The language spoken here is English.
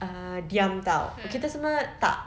uh diam [tau] kita semua tak